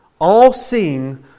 all-seeing